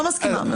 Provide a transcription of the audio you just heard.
לא מסכימה.